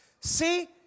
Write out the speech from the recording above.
See